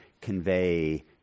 convey